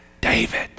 David